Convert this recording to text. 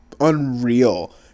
unreal